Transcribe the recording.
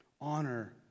Honor